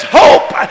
hope